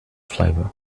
flavor